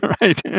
Right